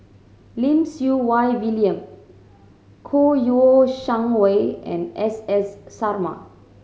Lim Siew Wai William Kouo Shang Wei and S S Sarma